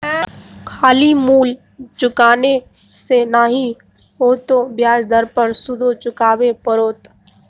खाली मूल चुकेने से नहि हेतौ ब्याज दर पर सुदो चुकाबे पड़तौ